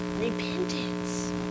repentance